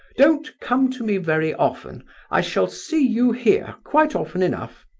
don't come to me very often i shall see you here quite often enough.